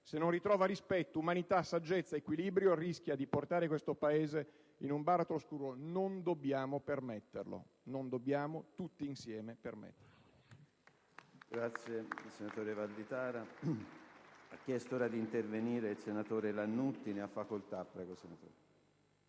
se non ritrova rispetto, umanità, saggezza ed equilibrio rischia di portare questo Paese in un baratro oscuro. Non dobbiamo permetterlo; tutti insieme dobbiamo